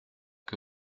que